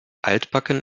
altbacken